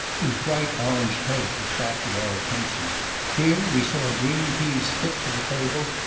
whose bright orange hedge attracted our attention here we saw green peas fit for the table,